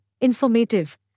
informative